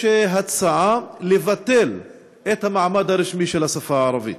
הצעה לבטל את המעמד הרשמי של השפה הערבית.